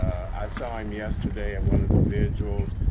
i saw him yesterday at one of the vigils.